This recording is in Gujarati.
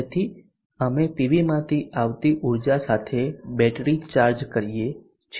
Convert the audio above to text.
તેથી અમે પીવીમાંથી આવતી ઊર્જા સાથે બેટરી ચાર્જ કરીએ છીએ